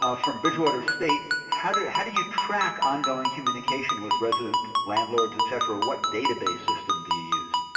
ah from bridgewater state, how do how do you track ongoing communication with residents, landlords, et cetera? what database system do you use?